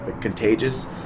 contagious